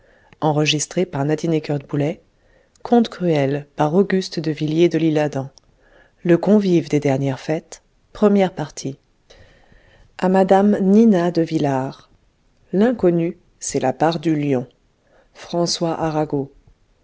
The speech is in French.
le convive des dernières fêtes à madame nina de villard l'inconnu c'est la part du lion françois arago